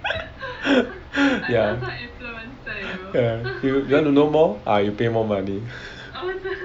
ya you you want to know more or you pay more money